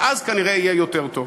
ואז כנראה יהיה יותר טוב.